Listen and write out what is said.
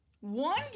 one